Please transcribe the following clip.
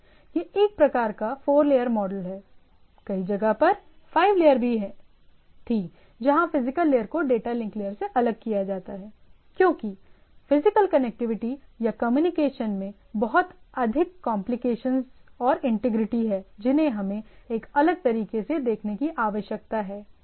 यह एक प्रकार का 4 लेयर मॉडल है कई जगह पर 5 लेयर थी जहां फिजिकल लेयर को डेटा लिंक से अलग किया जाता है क्योंकि फिजिकल कनेक्टिविटी या कम्युनिकेशन में बहुत अधिक कॉम्प्लिकेशंस और इंटीग्रिटी हैं जिन्हें हमें एक अलग तरीके से देखने की आवश्यकता है